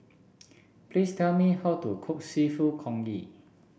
please tell me how to cook seafood Congee